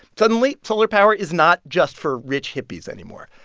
suddenly, solar power is not just for rich hippies anymore.